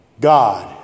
God